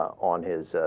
on his ah.